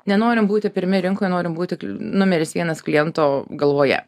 nenorim būti pirmi rinkoj norim būti numeris vienas kliento galvoje